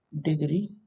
degree